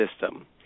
system